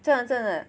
真的真的